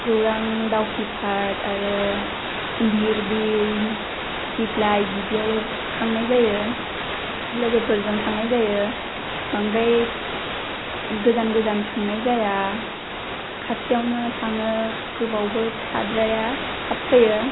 गौरां दाउखि पार्क आरो धिरबिल आरो दिप्लाइ बिदियावल' थांनाय जायो लोगोफोरजों थांनाय जायो बांद्राय गोजान गोजान थांनाय जाया खाथियावनो थाङो गोबावबो थाद्राया थाब फैयो